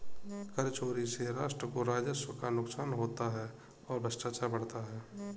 कर चोरी से राष्ट्र को राजस्व का नुकसान होता है और भ्रष्टाचार बढ़ता है